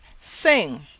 sing